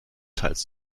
teils